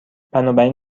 بنابراین